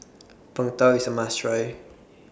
Png Tao IS A must Try